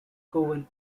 cowan